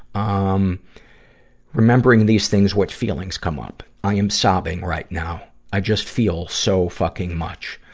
um remembering these things, what feelings come up? i am sobbing right now. i just feel so fucking much.